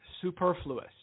superfluous